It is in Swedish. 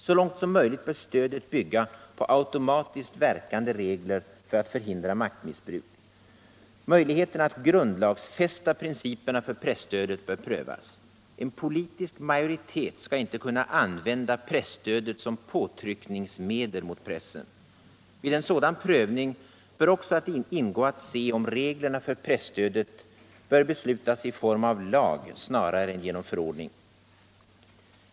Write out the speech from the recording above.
Så långt möjligt bör stödet bygga på automatiskt verkande regler för att förhindra maktmissbruk. Möjligheterna att grundlagsfästa principerna för presstödet bör prövas. En politisk majoritet skall inte kunna använda presstödet som påtryckningsmedel mot pressen. Vid en sådan prövning bör också ingå att se om reglerna för presstödet bör beslutas i form av lag snarare än genom förordning.